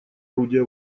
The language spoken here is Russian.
орудия